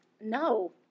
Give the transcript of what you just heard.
No